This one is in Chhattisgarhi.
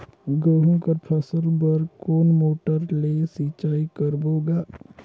गहूं कर फसल बर कोन मोटर ले सिंचाई करबो गा?